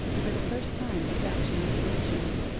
for the first time his action was leisurely.